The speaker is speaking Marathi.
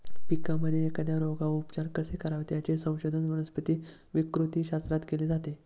पिकांमध्ये एखाद्या रोगावर उपचार कसे करावेत, याचे संशोधन वनस्पती विकृतीशास्त्रात केले जाते